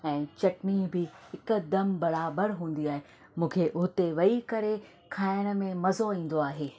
ऐं चटनी बि हिकदमि बराबरि हूंदी आहे मूंखे हुते वेही करे खाइण में मज़ो ईंदो आहे